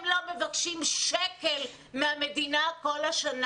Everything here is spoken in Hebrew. הם לא מבקשים שקל מהמדינה כל השנה.